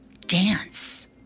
Dance